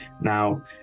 Now